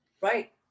right